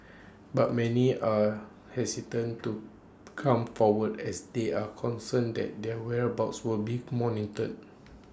but many are hesitant to come forward as they are concerned that their whereabouts would be monitored